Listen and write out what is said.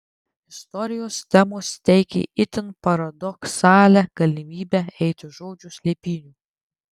istorijos temos teikė itin paradoksalią galimybę eiti žodžio slėpynių